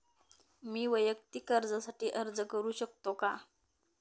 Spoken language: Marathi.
मी वैयक्तिक कर्जासाठी अर्ज करू शकतो का?